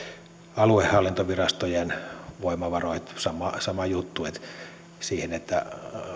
aluehallintovirastojen voimavaroissa sama juttu siihen että